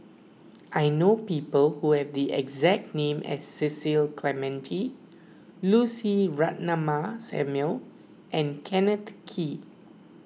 I know people who have the exact name as Cecil Clementi Lucy Ratnammah Samuel and Kenneth Kee